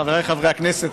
חבריי חברי הכנסת,